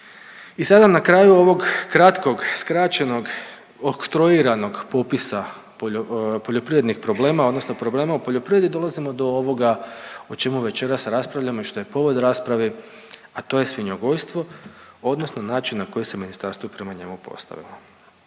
I sad vam na kraju ovog kratkog skraćenog oktroiranog popisa poljoprivrednih problema, odnosno problema u poljoprivredi dolazimo do ovoga o čemu večeras raspravljamo i što je povod raspravi, a to je svinjogojstvo, odnosno način na koji se ministarstvo prema njemu postavilo.